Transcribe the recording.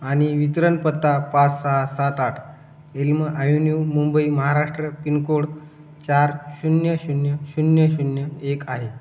आणि वितरणपत्ता पाच सहा सात आठ Elm Avenue Mumbai Maharashtra pin code चार शून्य शून्य शून्य शून्य एक आहे